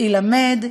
יילמד,